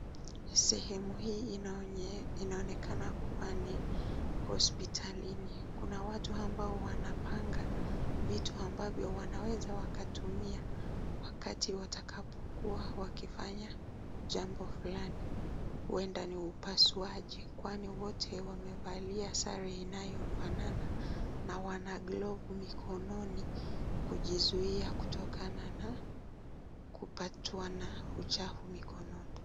Sehemu hii inaonekana kuwa ni hospitalini kuna watu amabao wanapanga vitu ambavyo wanaweza wakatumia wakati watakapokuwa wakifanya jambo fulani huenda ni upasuaji kwani wote wamevalia sare inayofanana na wana glovu mikononi kujizuia kutokana na kupatwa na uchafu mikononi.